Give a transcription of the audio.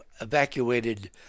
evacuated